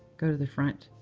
go to the front